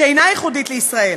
שאינה ייחודית לישראל.